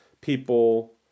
people